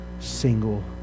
Single